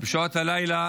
בשעות הלילה